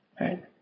Right